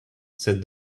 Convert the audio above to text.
said